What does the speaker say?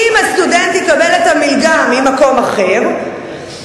אם הסטודנט יקבל את המלגה ממקום אחר,